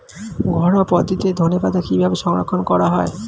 ঘরোয়া পদ্ধতিতে ধনেপাতা কিভাবে সংরক্ষণ করা হয়?